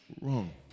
wrong